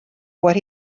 what